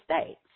states